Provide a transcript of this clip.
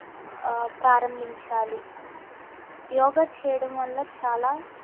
ప్రారంభించాలి యోగా చేయడం వల్ల చాలా